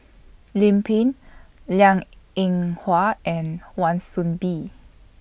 Lim Pin Liang Eng Hwa and Wan Soon Bee